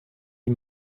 die